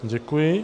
Děkuji.